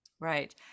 right